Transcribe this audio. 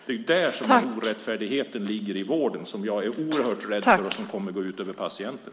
Det är där orättfärdigheten ligger i vården, som jag är oerhört rädd för kommer att gå ut över patienten.